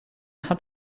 hat